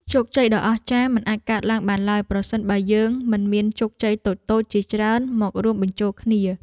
ជោគជ័យដ៏អស្ចារ្យមិនអាចកើតឡើងបានឡើយប្រសិនបើយើងមិនមានជោគជ័យតូចៗជាច្រើនមករួមបញ្ចូលគ្នា។